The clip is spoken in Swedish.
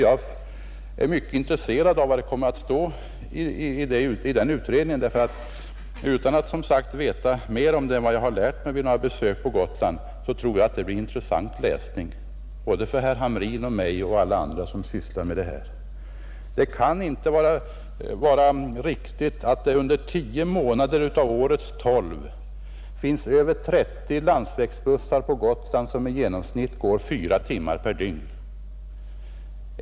Jag är mycket intresserad av vad det kommer att stå i den utredningen, ty utan att som sagt veta mer om det än vad jag har lärt mig vid några besök på Gotland så tror jag att det blir intressant läsning för både herr Hamrin och mig och alla andra som sysslar med dessa frågor. Det kan inte vara riktigt att det under tio månader av årets tolv finns över 30 landsvägsbussar på Gotland, som i genomsnitt går fyra timmar per dygn.